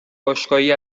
باشگاهی